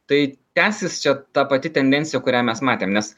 tai tęsis čia ta pati tendencija kurią mes matėm nes